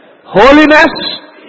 holiness